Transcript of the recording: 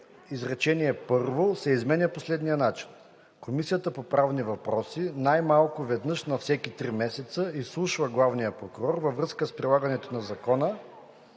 изречение първо се изменя по следния начин: „Комисията по правни въпроси най-малко веднъж на всеки три месеца изслушва главния прокурор във връзка с прилагането на закона